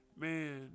Man